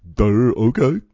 Okay